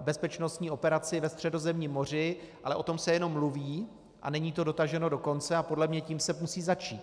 bezpečnostní operaci ve Středozemním moři, ale o tom se jenom mluví a není to dotaženo do konce a podle mě tím se musí začít.